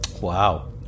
Wow